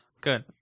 Good